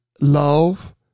love